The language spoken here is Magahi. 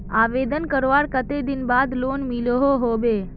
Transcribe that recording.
आवेदन करवार कते दिन बाद लोन मिलोहो होबे?